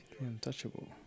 untouchable